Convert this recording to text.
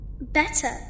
Better